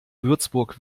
würzburg